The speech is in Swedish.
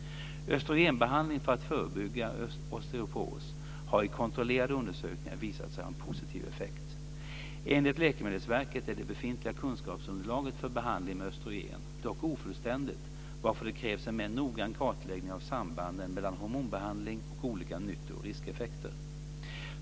Östrogenbehandling för att förebygga osteoporos har i kontrollerade undersökningar visat sig ha en positiv effekt. Enligt Läkemedelsverket är det befintliga kunskapsunderlaget för behandling med östrogen dock ofullständigt varför det krävs en mer noggrann kartläggning av sambanden mellan hormonbehandling och olika nytto och riskeffekter.